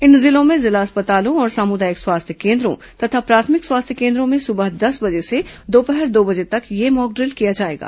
इन जिलों में जिला अस्पतालों और सामुदायिक स्वास्थ्य कोन्द्रों तथा प्राथमिक स्वास्थ्य केन्द्रों में सुबह दस बजे से दोपहर दो बजे तक यह मॉकड्रिल किया जाएगा